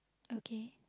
okay